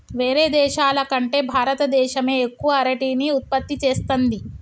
వేరే దేశాల కంటే భారత దేశమే ఎక్కువ అరటిని ఉత్పత్తి చేస్తంది